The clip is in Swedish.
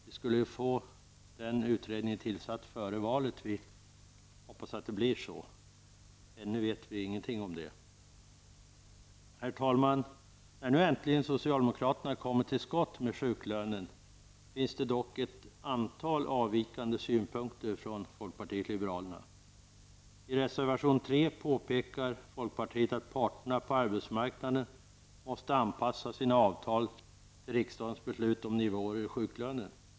Denna utredning skulle tillsättas före valet, och vi hoppas att det blir så. Ännu vet vi ingenting om det. Herr talman! När socialdemokraterna nu äntligen kommit till skott med sjuklönen finns det dock ett antal avvikande synpunkter från folkpartiet liberalerna. I reservation 3 påpekar folkpartiet att parterna på arbetsmarknaden måste anpassa sina avtal till riksdagens beslut om nivåer i sjuklönen.